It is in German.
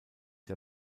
der